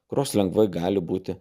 kurios lengvai gali būti